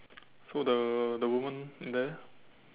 so the the woman in there